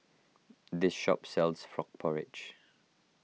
this shop sells Frog Porridge